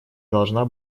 должна